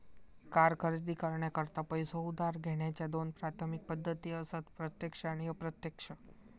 car खरेदी करण्याकरता पैसो उधार घेण्याच्या दोन प्राथमिक पद्धती असत प्रत्यक्ष आणि अप्रत्यक्ष